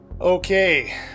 Okay